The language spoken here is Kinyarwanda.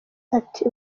ati